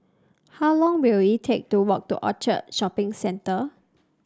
how long will it take to walk to Orchard Shopping Centre